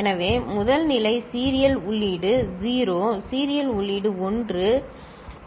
எனவே முதல் நிலை சீரியல் உள்ளீடு 0 சீரியல் உள்ளீடு 1